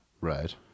right